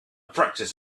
practice